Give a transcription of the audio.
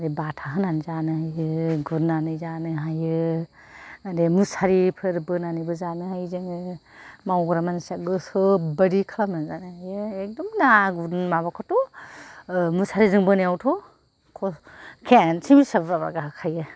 आरो बाथा होनानै जानो हायो गुरनानै जानो हायो आरो मुसारि फोर बोनानैबो जानो हायो जोङो मावग्रा मानसिया गोसो बादि खालामनानै जानो हायो एकदम ना गुर माबाखौथ' ओह मोसारिजों बोनायावथ' ख खेनसेनो बेसेबां बुरजा बुरजा गाखोखायो